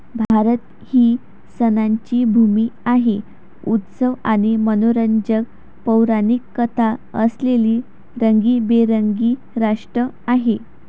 भारत ही सणांची भूमी आहे, उत्सव आणि मनोरंजक पौराणिक कथा असलेले रंगीबेरंगी राष्ट्र आहे